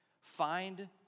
Find